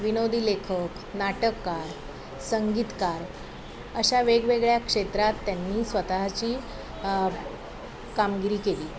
विनोदी लेखक नाटककार संगीतकार अशा वेगवेगळ्या क्षेत्रात त्यांनी स्वतःची कामगिरी केली